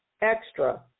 extra